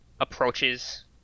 approaches